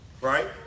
right